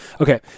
okay